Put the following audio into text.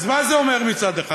אז מה זה אומר מצד אחד?